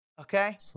Okay